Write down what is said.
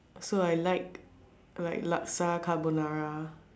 so I like like Laska carbonara